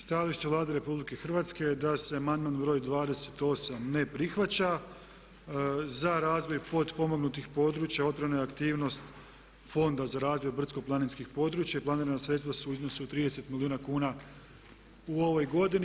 Stajalište Vlade RH je da se amandman br. 28. ne prihvaća za razvoj potpomognutih područja otvorena je aktivnost Fonda za razvoj brdsko-planinskih područja i planirana sredstva su u iznosu od 30 milijuna kuna u ovoj godini.